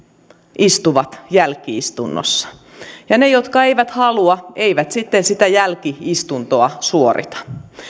istuvat jälki istunnossa ja ne jotka eivät halua eivät sitten sitä jälki istuntoa suorita